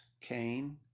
Cain